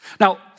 Now